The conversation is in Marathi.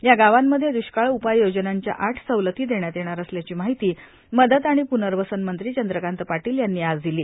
या गावांमध्ये द्ष्काळ उपाय योजनांच्या आठ सवलती देण्यात येणार असल्याची माहिती मदत आणि प्नर्वसन मंत्री चंद्रकांत पाटील यांनी आज दिली